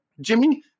Jimmy